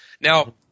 Now